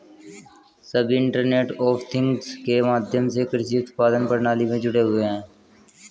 सभी internet of things के माध्यम से कृषि उत्पादन प्रणाली में जुड़े हुए हैं